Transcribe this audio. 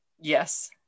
Yes